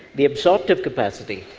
the absorptive capacity,